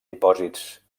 dipòsits